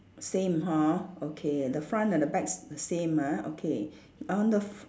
same hor okay the front and the back s~ the same ah okay on the f~